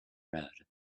road